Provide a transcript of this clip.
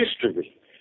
history